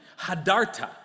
Hadarta